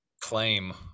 claim